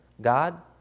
God